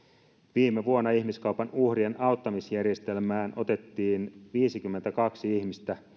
viime vuonna ihmiskaupan uhrien auttamisjärjestelmään otettiin viisikymmentäkaksi ihmistä